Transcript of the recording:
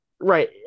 Right